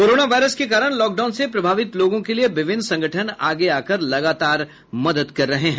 corona virus को कारण lockdown से प्रभावित लोगों के लिये विभिन्न संगठन आगे आकर लगातार मदद कर रहे हैं